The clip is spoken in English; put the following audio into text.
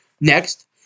Next